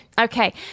Okay